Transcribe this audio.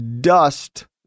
dust